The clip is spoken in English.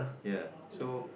ya so